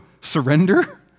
surrender